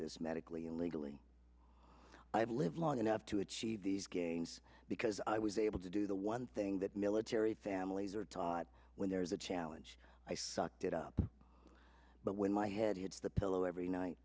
this medically legally i have lived long enough to achieve these games because i was able to do the one thing that military families are taught when there is a challenge i sucked it up but when my head hits the pillow every night